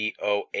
BOA